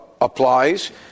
applies